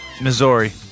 Missouri